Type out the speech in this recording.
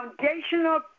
foundational